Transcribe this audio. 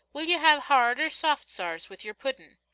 will you have hard or soft sarse with your pudden?